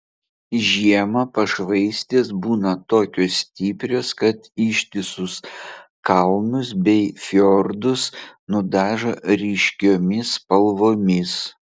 žiemą pašvaistės būna tokios stiprios kad ištisus kalnus bei fjordus nudažo ryškiomis spalvomis